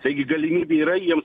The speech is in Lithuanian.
taigi galimybė yra jiems